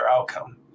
outcome